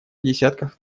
десятков